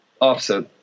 offset